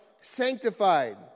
sanctified